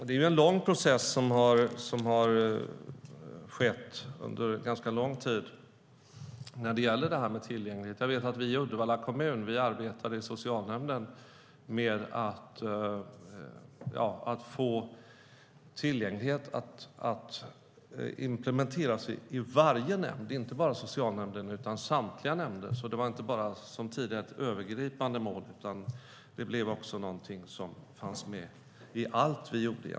Det har varit en lång process under ganska lång tid när det gäller tillgänglighet. I Uddevalla kommun arbetade vi i socialnämnden med att få tillgänglighet implementerad i varje nämnd, inte bara i socialnämnden utan i samtliga nämnder. Det var inte bara som tidigare ett övergripande mål, utan det fanns egentligen med i allt vi gjorde.